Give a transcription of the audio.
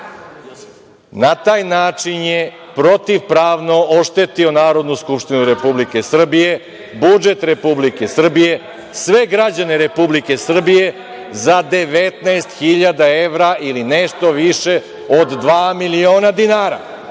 taj način je protivpravno oštetio Narodnu skupštinu Republike Srbije, budžet Republike Srbije, sve građane Republike Srbije za 19.000 evra ili nešto više od dva miliona dinara